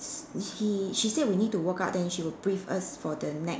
she she say we need to walk out then she will brief us for the next